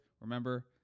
remember